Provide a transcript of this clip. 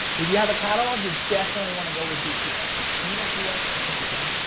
if you have a catalog, you definitely wanna go with dpa. can you guys see that? i think you can.